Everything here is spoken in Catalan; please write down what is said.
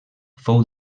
fou